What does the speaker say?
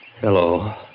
Hello